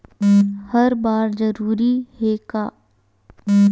हर बार जरूरी हे का?